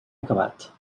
acabat